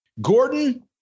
Gordon